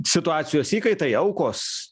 situacijos įkaitai aukos